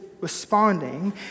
responding